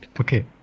Okay